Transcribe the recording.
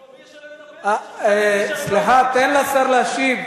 לא, מי ישלם את הפנסיה שלו, סליחה, תן לשר להשיב.